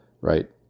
right